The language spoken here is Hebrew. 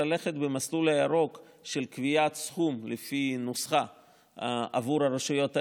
ללכת במסלול הירוק של קביעת סכום לפי נוסחה עבור הרשויות האלה,